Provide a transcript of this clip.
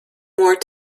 more